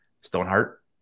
Stoneheart